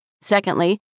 Secondly